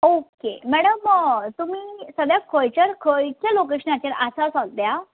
okay madam तुमी सद्द्याक खंयच्या खंयच्या लोकेशनाचेर आसा सद्द्या